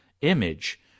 image